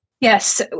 Yes